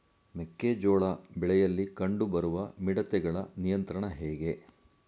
ಮೆಕ್ಕೆ ಜೋಳ ಬೆಳೆಯಲ್ಲಿ ಕಂಡು ಬರುವ ಮಿಡತೆಗಳ ನಿಯಂತ್ರಣ ಹೇಗೆ?